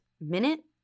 minute